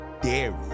dairy